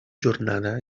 jornada